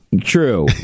True